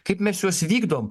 kaip mes juos vykdom